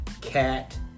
cat